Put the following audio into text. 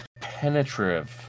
penetrative